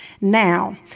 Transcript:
Now